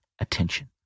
attention